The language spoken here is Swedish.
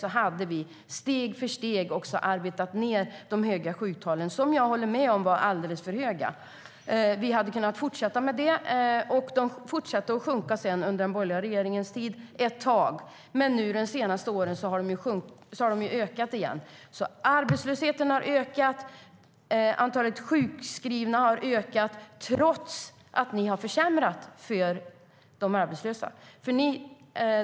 Vi hade steg för steg arbetat ned de höga sjuktalen, som jag håller med om var alldeles för höga. Vi hade kunnat fortsätta med det. De fortsatte sedan att sjunka under den borgerliga regeringens tid ett tag. Men de senaste åren har de ökat igen. Arbetslösheten har ökat, och antalet sjukskrivna har ökat trots att ni har försämrat för de arbetslösa.